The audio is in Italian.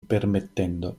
permettendo